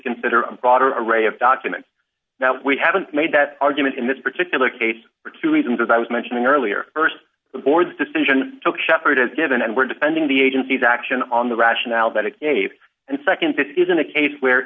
consider a broader array of documents now we haven't made that argument in this particular case for two reasons as i was mentioning earlier st the board's decision shepherd is given and we're defending the agency's action on the rationale that it gave and nd this isn't a case where